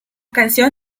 canción